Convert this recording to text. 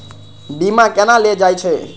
बीमा केना ले जाए छे?